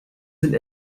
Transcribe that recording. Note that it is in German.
sind